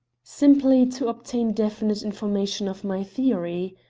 simply to obtain definite confirmation of my theory.